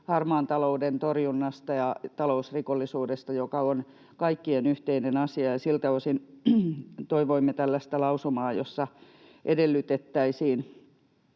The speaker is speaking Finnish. harmaan talouden torjunnasta ja talousrikollisuudesta, joka on kaikkien yhteinen asia, ja siltä osin toivoimme tällaista lausumaa, jossa edellytettäisiin